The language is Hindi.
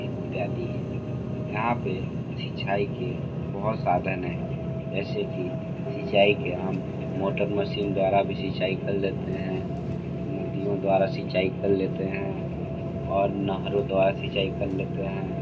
इत्यादि यहाँ पर सिचाई के बहुत साधन हैं जैसे कि सिचाई के हम मोटर मशीन द्वारा भी सिचाई कर लेते हैं नदियों द्वारा सिचाई कर लेते हैं और नहरों द्वारा सिचाई कर लेते हैं